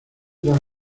dos